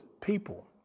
people